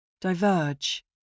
Diverge